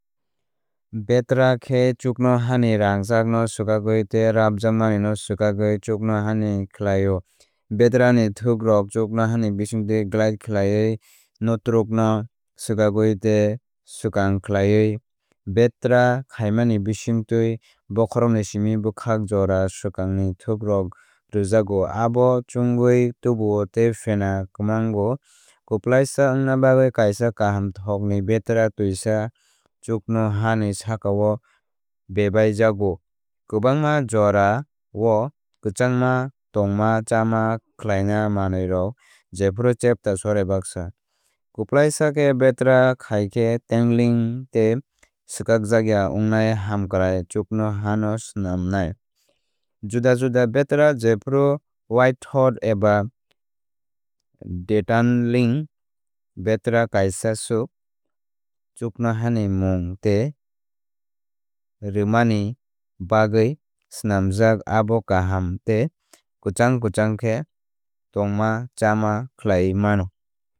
Betra khe chuknohani rangchakno swkakwi tei rabjakmani no swkakwi chuknohani khlaio. Betra ni thokrok chuknohani bisingtwi glide khlaiwi knotrokno swkakwi tei no swkang swkang khlaiwi. Betrai khaimani bisingtwi bokhorokni simi bwkhak jora swkangni thokrok rwjago abo chungui tubuo tei fena kwmango. Kwplaisa wngna bagwi kaisa kahamthokni betra twisa chuknohani sakao bebaijago. Kwbangma jorao kwchangma tongmachama khlaina manwirok jephru chepta sor bai baksa. Kwplaisa khe betra khai khe tangling tei swkakjak ya wngnai hamkrai chuknoha no swnamnai. Juda juda betra jephru widethot eba detangling betra kaisa swk chuknohani mung tei rwmani ni bagwi snamjak abo kaham tei kwchang kwchang khe tongmachama khlaiwi mano.